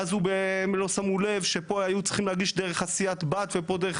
ואז הוא לא שמו לב שפה היו צריכים להגיש דרך סיעת הבת ופה דרך.